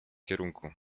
kierunku